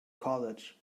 college